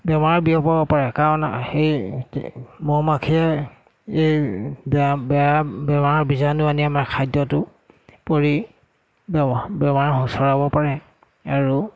বেমাৰ বিয়াপাব পাৰে কাৰণ সেই মহ মাখিয়ে এই বেয়া বেয়া বেমাৰ বীজাণু আনি আমাৰ খাদ্যটো পৰি বেমাৰ সোঁচৰাব পাৰে আৰু